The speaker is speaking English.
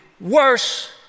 worse